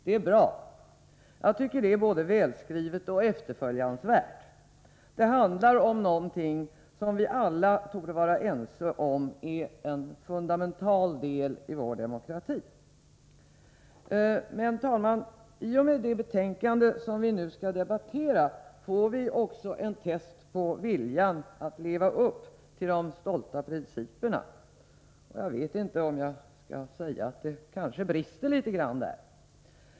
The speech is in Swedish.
Det är bra. Jag tycker att det är både välskrivet och efterföljansvärt. Det handlar om någonting som vi alla torde vara ense om är en fundamental del i vår demokrati. Fru talman! I och med det betänkande som vi nu skall debattera får vi också en test på viljan att leva upp till de stolta principerna. Jag vet inte om jag skall säga att det kanske brister litet grand där.